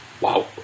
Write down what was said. wow